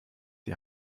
die